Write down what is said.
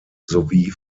sowie